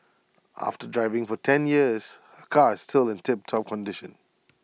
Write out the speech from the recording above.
after driving for ten years her car is still in tiptop condition